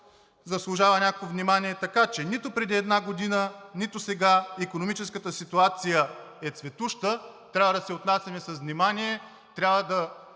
заслужава някакво внимание. Така че нито преди една година, нито сега икономическата ситуация е цветуща. Трябва да се отнасяме с внимание, трябва да